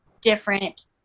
different